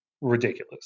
ridiculous